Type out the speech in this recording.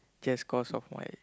just cause of my